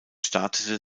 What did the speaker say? startete